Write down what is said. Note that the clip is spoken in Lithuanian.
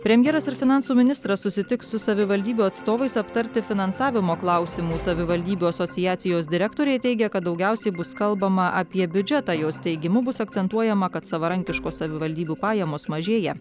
premjeras ir finansų ministras susitiks su savivaldybių atstovais aptarti finansavimo klausimų savivaldybių asociacijos direktorė teigia kad daugiausiai bus kalbama apie biudžetą jos teigimu bus akcentuojama kad savarankiškos savivaldybių pajamos mažėja